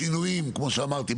כמו שאמרתי,